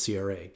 CRA